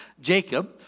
Jacob